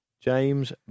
James